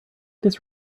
this